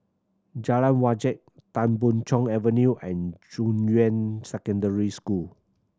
Jalan Wajek Tan Boon Chong Avenue and Junyuan Secondary School